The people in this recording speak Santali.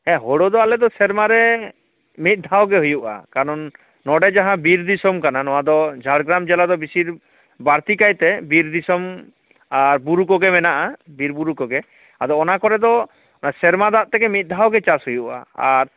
ᱦᱮᱸ ᱦᱩᱲᱩ ᱫᱚ ᱟᱞᱮ ᱫᱚ ᱥᱮᱨᱢᱟ ᱨᱮ ᱢᱤᱫ ᱫᱷᱟᱣ ᱜᱮ ᱦᱩᱭᱩᱜᱼᱟ ᱠᱟᱨᱚᱱ ᱱᱚᱰᱮ ᱡᱟᱦᱟᱸ ᱵᱤᱨ ᱫᱤᱥᱚᱢ ᱠᱟᱱᱟ ᱱᱚᱣᱟ ᱫᱚ ᱡᱷᱟᱲᱜᱨᱟᱢ ᱡᱮᱞᱟ ᱫᱚ ᱵᱤᱥᱤᱨ ᱵᱟᱲᱛᱤ ᱠᱟᱭᱛᱮ ᱵᱤᱨ ᱫᱤᱥᱚᱢ ᱟᱨ ᱵᱩᱨᱩ ᱠᱚᱜᱮ ᱢᱮᱱᱟᱜᱼᱟ ᱵᱤᱨ ᱵᱩᱨᱩ ᱠᱚᱜᱮ ᱟᱫᱚ ᱚᱱᱟ ᱠᱚᱨᱮ ᱫᱚ ᱚᱱᱟ ᱥᱮᱨᱢᱟ ᱫᱟᱜ ᱛᱮᱜᱮ ᱢᱤᱫ ᱫᱷᱟᱣ ᱜᱮ ᱪᱟᱥ ᱦᱩᱭᱩᱜᱼᱟ ᱟᱨ